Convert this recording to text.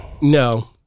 No